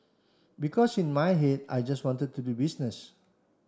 because in my head I just wanted to do business